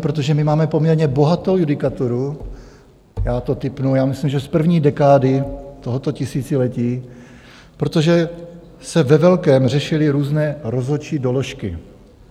Protože my máme poměrně bohatou judikaturu já to tipnu, myslím, že z první dekády tohoto tisíciletí, protože se ve velkém řešily různé rozhodčí doložky,